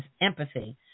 empathy